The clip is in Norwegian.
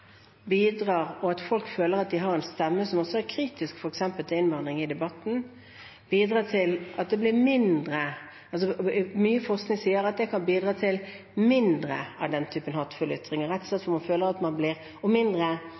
og at også folk som f.eks. er kritiske til innvandring, føler at de har en stemme i debatten. Mye forskning sier at det kan bidra til at det blir mindre av den typen hatefulle ytringer og mindre isolering i samfunnet, rett og slett fordi man føler at man faktisk blir hørt, og